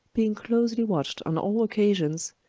being closely watched on all occasions,